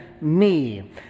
me